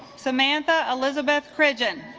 samantha elizabeth prison